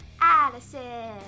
Addison